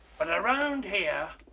but around here,